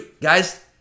guys